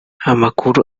amakuru